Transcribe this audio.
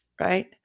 Right